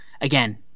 Again